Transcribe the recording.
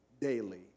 daily